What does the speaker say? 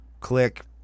click